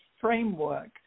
framework